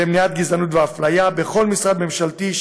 למניעת גזענות ואפליה בכל משרד ממשלתי,